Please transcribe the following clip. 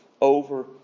over